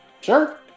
Sure